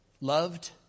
Loved